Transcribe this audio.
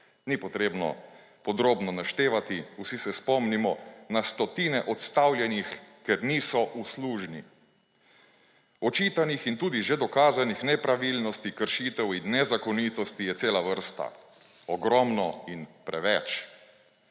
ni potrebno podrobno naštevati, vsi se spomnimo na stotine odstavljenih, ker niso uslužni. Očitanih in tudi že dokazanih nepravilnosti kršitev in nezakonitosti je cela vrsta, ogromno in preveč.